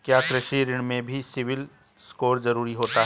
क्या कृषि ऋण में भी सिबिल स्कोर जरूरी होता है?